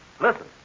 Listen